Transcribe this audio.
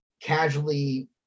casually